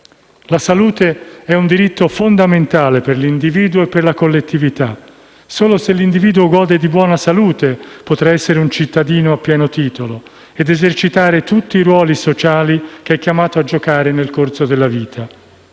La salute è un diritto fondamentale per l'individuo e per la collettività. Solo se l'individuo gode di buona salute potrà essere un cittadino a pieno titolo ed esercitare tutti i ruoli sociali che è chiamato a giocare nel corso della vita.